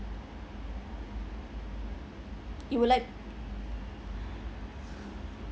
you would like